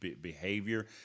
behavior